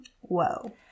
Whoa